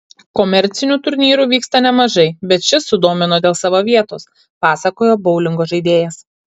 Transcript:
komercinių turnyrų vyksta nemažai bet šis sudomino dėl savo vietos pasakojo boulingo žaidėjas